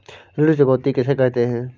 ऋण चुकौती किसे कहते हैं?